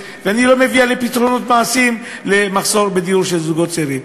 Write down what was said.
ואני לא מביאה לפתרונות מעשיים של בעיית המחסור בדיור של זוגות צעירים.